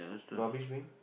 rubbish bin